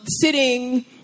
sitting